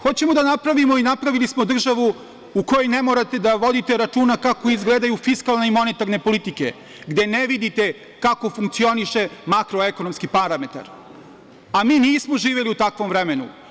Hoćemo da napravimo i napravili smo državu u kojoj ne morate da vodite računa kako izgledaju fiskalne i monetarne politike, gde ne vidite kako funkcionišu makroekonomski parametar, a mi nismo živeli u takvom vremenu.